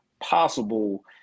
possible